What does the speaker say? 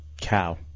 Cow